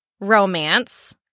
romance